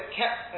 kept